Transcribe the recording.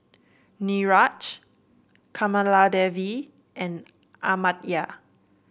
Niraj Kamaladevi and Amartya